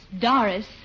Doris